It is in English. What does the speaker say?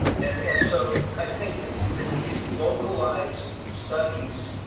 and and so i think that that these localized studies